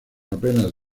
apenas